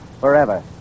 forever